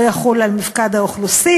ולא יחול על מפקד האוכלוסין.